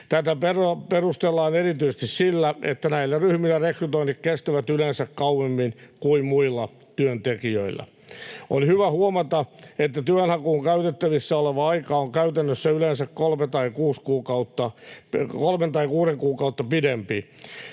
Tätä perustellaan erityisesti sillä, että näillä ryhmillä rekrytoinnit kestävät yleensä kauemmin kuin muilla työntekijöillä. On hyvä huomata, että työnhakuun käytettävissä oleva aika on käytännössä yleensä kolme tai kuusi kuukautta pidempi.